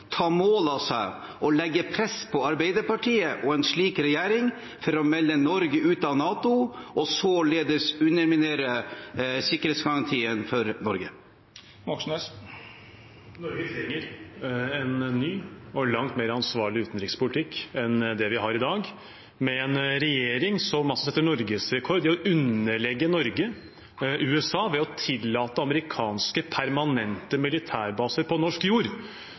ta mål av seg til å legge press på Arbeiderpartiet og en slik regjering til å melde Norge ut av NATO, og således underminere sikkerhetsgarantien for Norge? Norge trenger en ny og langt mer ansvarlig utenrikspolitikk enn den vi har i dag, under en regjering som setter norgesrekord i å underlegge Norge USA ved å tillate permanente amerikanske militærbaser på norsk jord,